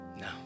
no